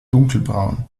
dunkelbraun